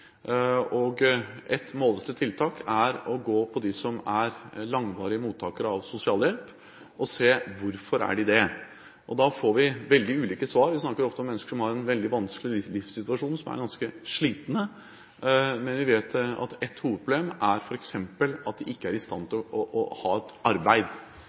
tiltak er å se på hvorfor de som er langvarige mottakere av sosialhjelp, er det. Da får vi veldig ulike svar. Vi snakker ofte om mennesker som har en veldig vanskelig livssituasjon, og som er ganske slitne. Men vi vet at ett hovedproblem er f.eks. at de ikke er i stand til å ha et arbeid.